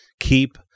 Keep